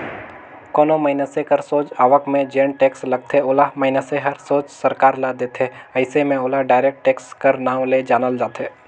कोनो मइनसे कर सोझ आवक में जेन टेक्स लगथे ओला मइनसे हर सोझ सरकार ल देथे अइसे में ओला डायरेक्ट टेक्स कर नांव ले जानल जाथे